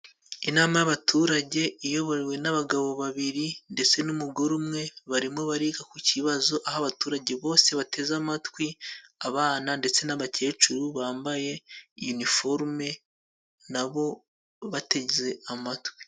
Inama y'abaturage iyobowe n'abagabo babiri ndetse n'umugore umwe, barimo bariga ku cibazo aho abaturage bose bateze amatwi, abana ndetse n'abakecuru bambaye iniforume na bo bateze amatwi.